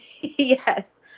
Yes